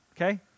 okay